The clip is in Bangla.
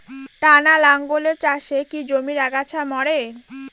টানা লাঙ্গলের চাষে কি জমির আগাছা মরে?